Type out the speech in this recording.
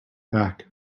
back